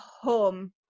home